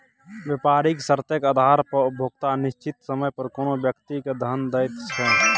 बेपारिक शर्तेक आधार पर उपभोक्ता निश्चित समय पर कोनो व्यक्ति केँ धन दैत छै